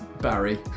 Barry